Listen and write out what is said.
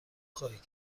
خواهید